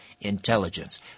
intelligence